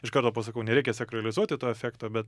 iš karto pasakau nereikia sakralizuoti to efekto bet